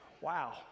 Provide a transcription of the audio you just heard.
Wow